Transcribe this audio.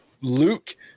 Luke